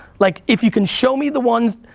like if you can show me the ones,